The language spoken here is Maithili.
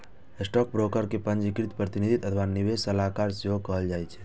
स्टॉकब्रोकर कें पंजीकृत प्रतिनिधि अथवा निवेश सलाहकार सेहो कहल जाइ छै